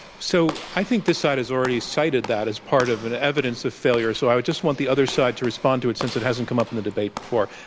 so, i think this side has already cited that as part of and evidence of failure, so i would just want the other side to respond to it, since it hasn't come up in the debate before.